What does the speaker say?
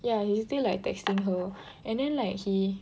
ya he's still like texting her and then like he